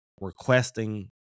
requesting